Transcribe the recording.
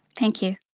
thank you.